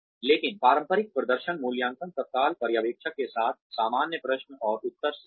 लेकिन पारंपरिक प्रदर्शन मूल्यांकन तत्काल पर्यवेक्षक के साथ सामान्य प्रश्न और उत्तर सत्र हैं